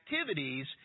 activities